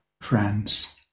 friends